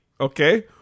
Okay